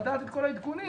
לדעת את כל העדכונים.